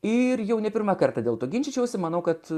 ir jau ne pirmą kartą dėl to ginčyčiausi manau kad